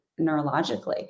neurologically